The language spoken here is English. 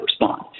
respond